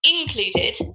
included